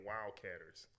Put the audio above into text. Wildcatters